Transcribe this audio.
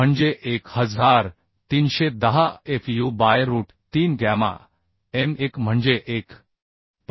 म्हणजे 1310 Fu by root 3 gamma m 1 म्हणजे 1